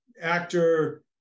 actor